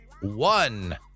one